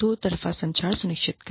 दो तरफ़ा संचार सुनिश्चित करें